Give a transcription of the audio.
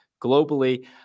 globally